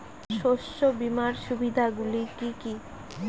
শস্য বিমার সুবিধাগুলি কি কি?